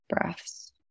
breaths